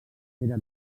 era